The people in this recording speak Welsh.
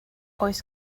oes